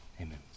Amen